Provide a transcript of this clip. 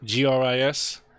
Gris